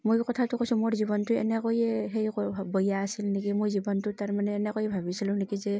ময়ো কথাটো কৈছোঁ মোৰ জীৱনটো এনেকৈয়ে সেই ক বেয়া আছিল নেকি মোৰ জীৱনটো তাৰমানে এনেকৈয়ে ভাবিছিলোঁ নেকি যে